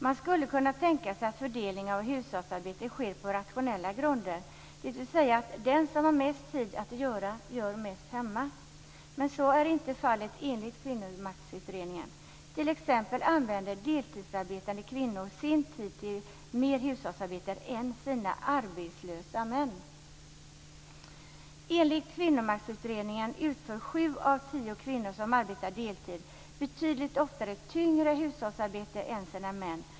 Man skulle kunna tänka sig att fördelningen av hushållsarbetet sker på rationella grunder, dvs. att den som har mest tid att göra saker gör mest hemma. Men så är inte fallet enligt Kvinnomaktutredningen. Deltidsarbetande kvinnor t.ex. använder sin tid till mer hushållsarbete än vad deras arbetslösa män gör. Enligt Kvinnomaktutredningen utför sju av tio kvinnor som arbetar deltid betydligt oftare tyngre hushållsarbete än sina män.